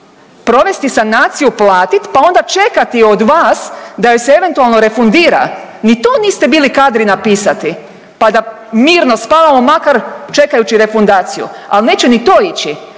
Provesti sanaciju i platit, pa onda čekati od vas da joj se eventualno refundira, ni to niste bili kadri napisati, pa da mirno spavamo makar čekajući refundaciju, al neće ni to ići.